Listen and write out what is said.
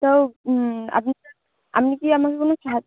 তো আপনি আপনি কি আমাকে কোনো সাহা